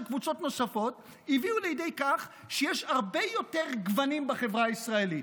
קבוצות נוספות הביאו לידי כך שיש הרבה יותר גוונים בחברה הישראלית.